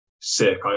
sick